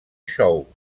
xou